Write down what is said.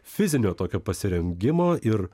fizinio tokio pasirengimo ir